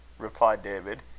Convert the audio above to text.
replied david,